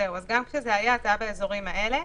אז גם כשזה היה, זה היה באזורים האלה.